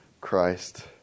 Christ